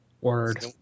Word